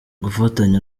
gufatanya